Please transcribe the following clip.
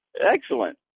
Excellent